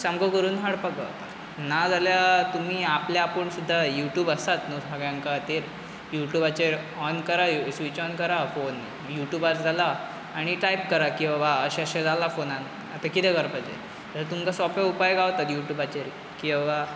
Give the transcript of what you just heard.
सामको करून हाडपाक गावता ना जाल्या तुमी आपल्या आपूण सुद्दां युटूब आसात न्हू सगळ्यांक खातीर युटुबाचेर ऑन करा स्वीच ऑन करा फोन युटुबार चला आनी टायप करा की बाबा अशें अशें जाला फोनान आतां कितें करपाचें तर तुमकां सोंपें उपाय गावता युटुबाचेर की आबा